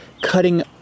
cutting